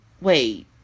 Wait